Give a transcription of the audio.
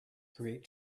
create